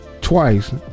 twice